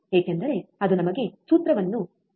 ಏಕೆಂದರೆ ಅದು ನಮಗೆ ಸೂತ್ರವನ್ನು ತಿಳಿದಿದೆ